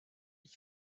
ich